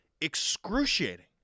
excruciating